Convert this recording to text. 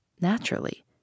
Naturally